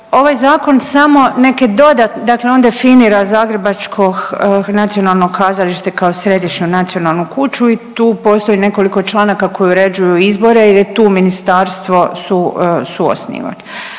Ovaj zakon samo neke dodatne, dakle on definira zagrebačko nacionalno kazalište kao središnju nacionalnu kuću i tu postoji nekoliko članaka koji uređuju izbore jer je tu ministarstvo suosnivač.